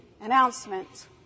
announcement